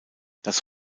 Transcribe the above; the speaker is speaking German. das